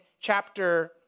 chapter